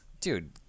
Dude